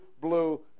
blue